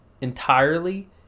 entirely